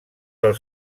del